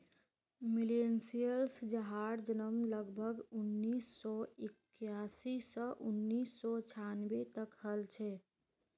millennials जहार जन्म लगभग उन्नीस सौ इक्यासी स उन्नीस सौ छानबे तक हल छे